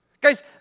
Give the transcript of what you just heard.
Guys